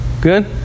Good